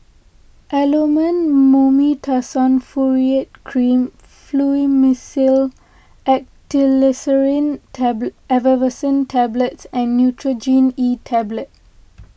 Elomet Mometasone Furoate Cream Fluimucil Effervescent Tablets and Nurogen E Tablet